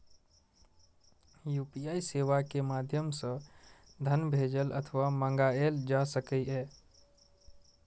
UPI सेवा के माध्यम सं धन भेजल अथवा मंगाएल जा सकैए